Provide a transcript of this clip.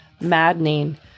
maddening